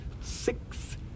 six